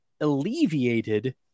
alleviated